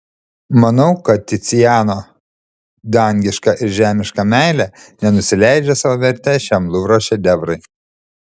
manau kad ticiano dangiška ir žemiška meilė nenusileidžia savo verte šiam luvro šedevrui